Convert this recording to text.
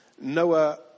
Noah